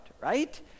right